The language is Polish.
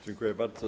Dziękuję bardzo.